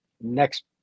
Next